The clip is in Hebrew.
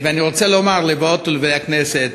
ואני רוצה לומר לבאות ולבאי הכנסת: